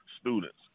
students